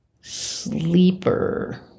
Sleeper